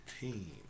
team